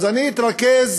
אז אתרכז